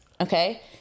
Okay